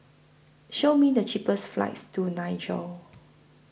Show Me The cheapest flights to Niger